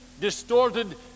distorted